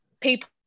people